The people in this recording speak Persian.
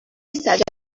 نیست